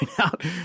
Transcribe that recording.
out